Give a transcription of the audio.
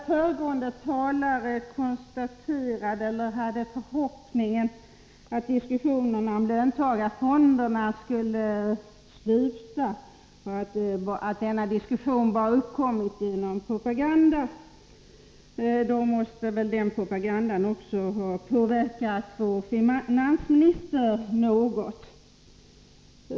Herr talman! Föregående talare hade förhoppningen att diskussionen om löntagarfonderna skulle sluta, och han sade att diskussionerna endast var av en följd av propaganda: I så fall måste den propagandan i någon mån ha påverkat också vår finansminister.